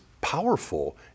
powerful